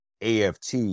AFT